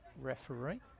referee